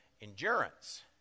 endurance